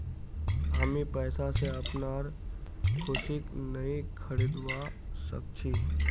हामी पैसा स अपनार खुशीक नइ खरीदवा सख छि